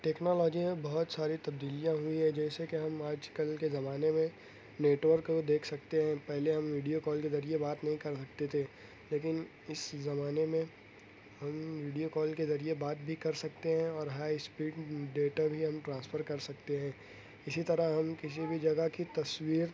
technology میں بہت ساری تبدیلیاں ہوئی ہیں جیسے کہ ہم آج کل کے زمانے میں نیٹورک دیکھ سکتے ہیں پہلے ہم ویڈیو کال کے ذریعے بات نہیں کر سکتے تھے لیکن اس زمانے میں ہم ویڈیو کال کے ذریعے بات بھی کر سکتے ہیں اور ہائی اسپیڈ ڈیٹا بھی ٹرانسفر کر سکتے ہیں اسی طرح ہم کسی بھی جگہ کی تصویر